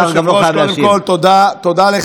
נקודה.